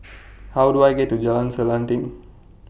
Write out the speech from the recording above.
How Do I get to Jalan Selanting